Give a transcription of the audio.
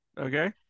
Okay